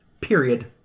Period